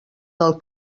del